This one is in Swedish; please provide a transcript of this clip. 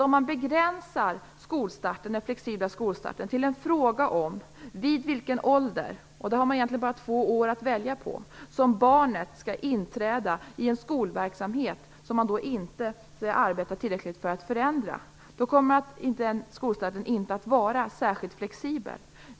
Om man begränsar den flexibla skolstarten till en fråga om vid vilken ålder - och då har man egentligen bara två år att välja mellan - som barnet skall inträda i en skolverksamhet som man inte arbetat tillräckligt för att förändra, kommer den skolstarten inte att vara särskilt flexibel.